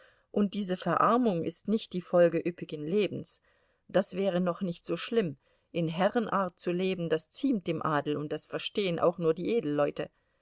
und diese verarmung ist nicht die folge üppigen lebens das wäre noch nicht so schlimm in herrenart zu leben das ziemt dem adel und das verstehen auch nur die edelleute